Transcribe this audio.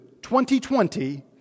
2020